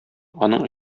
аның